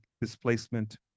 displacement